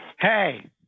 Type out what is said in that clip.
Hey